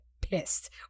pissed